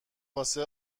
واسه